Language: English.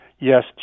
yes